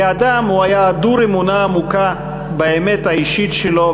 כאדם הוא היה חדור אמונה עמוקה באמת האישית שלו,